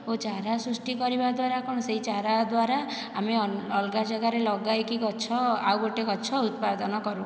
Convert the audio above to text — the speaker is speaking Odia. ଓ ଚାରା ସୃଷ୍ଟି କରିବା ଦ୍ୱାରା କ'ଣ ସେଇ ଚାରା ଦ୍ୱାରା ଆମେ ଅଲଗା ଯାଗାରେ ଲଗାଇକି ଗଛ ଆଉ ଗୋଟେ ଗଛ ଉତ୍ପାଦନ କରୁ